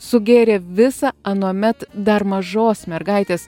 sugėrė visą anuomet dar mažos mergaitės